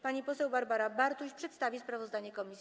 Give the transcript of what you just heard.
Pani poseł Barbara Bartuś przedstawi sprawozdanie komisji.